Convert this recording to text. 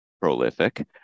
prolific